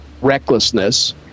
recklessness